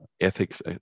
ethics